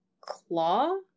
Claw